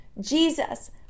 Jesus